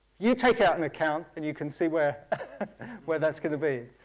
you take out an account and you can see where where that's going to be.